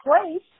place